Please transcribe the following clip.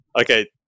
okay